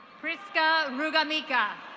prisca rugamica.